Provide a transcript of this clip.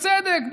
בצדק,